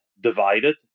divided